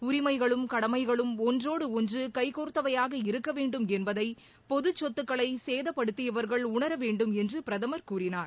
உரிமைகளும் கடமைகளும் ஒன்றோடு ஒன்று கைகோர்த்தவையாக இருக்க வேண்டும் என்பதை பொதுச்சொத்துக்களை சேதப்படுத்தியவர்கள் உணர வேண்டும் என்று பிரதமர் கூறினார்